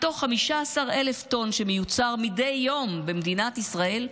מתוך 15,000 טונות שמיוצרות מדי יום במדינת ישראל,